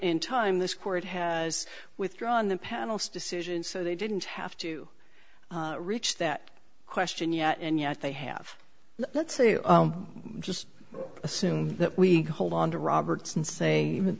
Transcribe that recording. in time this court has withdrawn the panel's decision so they didn't have to reach that question yet and yet they have let's say you just assume that we hold on to roberts and say